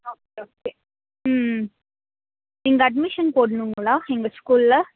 okay okay ம் ம் இங்கே அட்மிஷன் போடணுங்களா எங்கள் ஸ்கூலில்